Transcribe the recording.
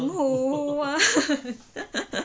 澎湖